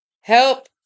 Help